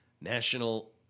National